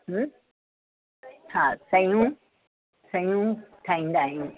हा सयूं सयूं ठाहींदा आहियूं